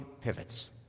pivots